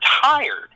tired